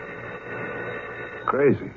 Crazy